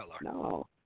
No